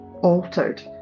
altered